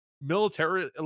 military